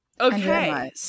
Okay